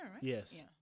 Yes